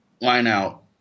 line-out